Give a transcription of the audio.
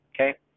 okay